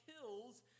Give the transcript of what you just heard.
kills